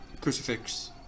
Crucifix